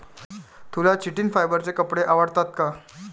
तुला चिटिन फायबरचे कपडे आवडतात का?